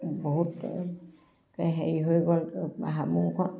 বহুত হেৰি হৈ গ'ল হাবুঙখন